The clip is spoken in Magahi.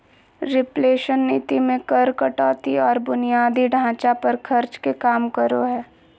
रिफ्लेशन नीति मे कर कटौती आर बुनियादी ढांचा पर खर्च के काम करो हय